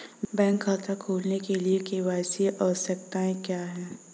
Bank खाता खोलने के लिए के.वाई.सी आवश्यकताएं क्या हैं?